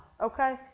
okay